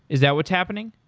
is that what's happening?